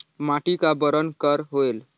माटी का बरन कर होयल?